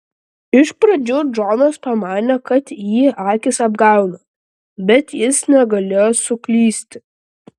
iš pradžių džonas pamanė kad jį akys apgauna bet jis negalėjo suklysti